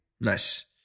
Nice